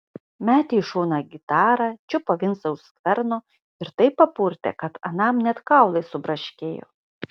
metė į šoną gitarą čiupo vincą už skverno ir taip papurtė kad anam net kaulai subraškėjo